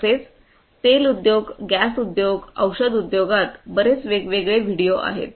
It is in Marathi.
तसेच तेल उद्योग गॅस उद्योग औषध उद्योगात बरेच वेगवेगळे व्हिडिओ आहेत